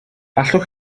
allwch